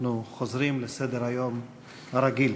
אנחנו חוזרים לסדר-היום הרגיל.